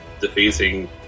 defeating